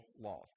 laws